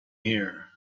here